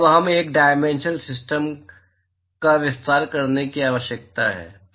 अब हमें एक 3 डायमेंशनल सिस्टम का विस्तार करने की आवश्यकता है